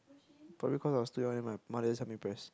probably cause I was too young then my mother just help me press